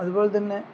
അതുപോലെ തന്നെ